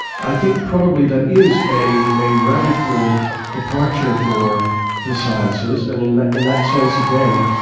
i think probably that is a a radical departure for the sciences, and in in that sense, again,